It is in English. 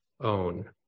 own